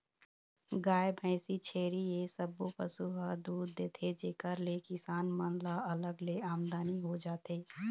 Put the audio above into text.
गाय, भइसी, छेरी ए सब्बो पशु ह दूद देथे जेखर ले किसान मन ल अलग ले आमदनी हो जाथे